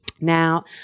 Now